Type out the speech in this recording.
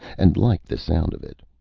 and liked the sound of it.